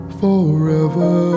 forever